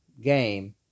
game